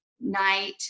night